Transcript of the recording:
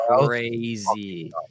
crazy